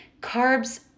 carbs